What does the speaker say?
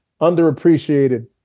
underappreciated